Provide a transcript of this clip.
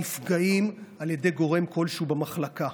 נפגעים על ידי גורם כלשהו במחלקה.